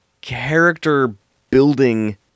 character-building